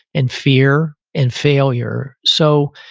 and fear, and failure. so,